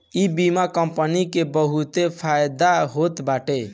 इ बीमा कंपनी के बहुते फायदा होत बाटे